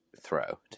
throw